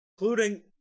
including